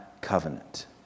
covenant